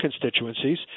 constituencies